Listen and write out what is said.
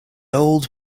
old